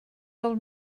del